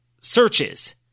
searches